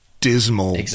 dismal